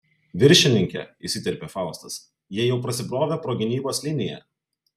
viršininke įsiterpė faustas jie jau prasibrovė pro gynybos liniją